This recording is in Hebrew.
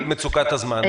ברשותך, בגלל מצוקת הזמן,